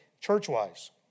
church-wise